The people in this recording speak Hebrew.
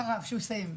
אחריו, כשהוא יסיים.